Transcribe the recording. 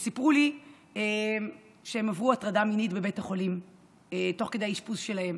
שסיפרו לי שהן עברו הטרדה מינית בבית החולים תוך כדי האשפוז שלהן,